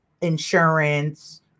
insurance